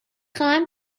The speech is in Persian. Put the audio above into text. خواهم